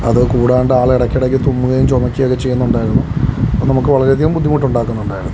അത് കൂടാണ്ട് ആള് ഇടക്കിടക്ക് തുമ്മുകയും ചുമക്കുകയും ഒക്കെ ചെയ്യുന്നുണ്ടായിരുന്നു നമുക്ക് വളരെയധികം ബുദ്ധിമുട്ട് ഉണ്ടാക്കുന്നുണ്ടായിരുന്നു